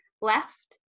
left